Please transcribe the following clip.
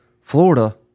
Florida